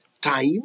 Time